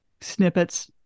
snippets